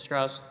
strauss